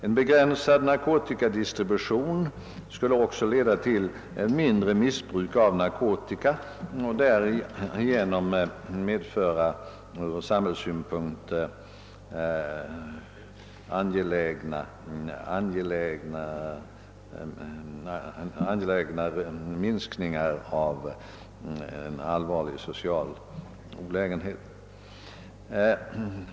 En begränsning av narkotikadistributionen skulle leda till en minskning av narkotikamissbruket och därmed av de allvarliga sociala olägenheter som detta medför.